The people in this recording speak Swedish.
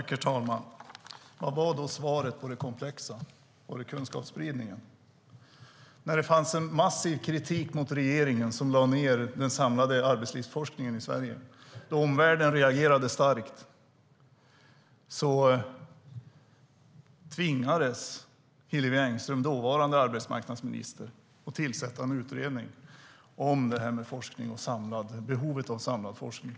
Herr talman! Vad var då svaret på det komplexa? Var det kunskapsspridningen? När det var massiv kritik mot att regeringen lade ned den samlade arbetslivsforskningen i Sverige och omvärlden reagerade starkt tvingades dåvarande arbetsmarknadsminister Hillevi Engström att tillsätta en utredning om behovet av samlad forskning.